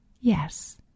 yes